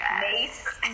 Mace